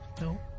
No